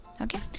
Okay